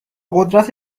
قدرت